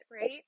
right